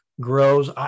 grows